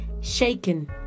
shaken